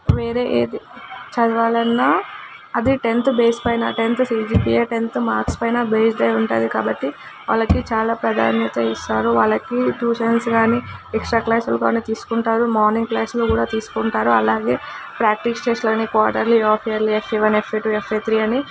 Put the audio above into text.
వేరే ఏది చదవాలన్న అది టెన్త్ బేస్ పైన టెన్త్ సీజీపిఏ టెన్త్ మార్క్స్ పైన బేస్డ్ అయ్యి ఉంటుంది కాబట్టి వాళ్ళకి చాలా ప్రాధాన్యత ఇస్తారు వాళ్ళకి ట్యూషనల్స్ కానీ ఎక్స్ట్రా క్లాస్లు కానీ తీసుకుంటారు మార్నింగ్ క్లాస్లు కూడా తీసుకుంటారు అలాగే ప్రాక్టీస్ టెస్ట్లని quarterly half yearly FA one FA two FA three అని